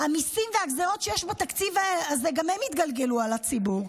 המיסים והגזרות שיש בתקציב הזה גם הם יתגלגלו על הציבור.